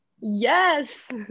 Yes